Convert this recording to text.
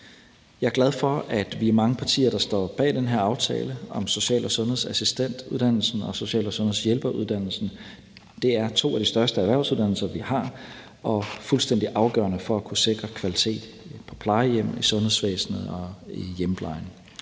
Jeg er glad for, at vi er mange partier, der står bag den her aftale om social- og sundhedsassistentuddannelsen og social- og sundhedshjælperuddannelsen. Det er to af de største erhvervsuddannelser, vi har, og de er fuldstændig afgørende for at kunne sikre kvaliteten på plejehjemmene, i sundhedsvæsenet og i hjemmeplejen.